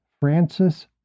Francis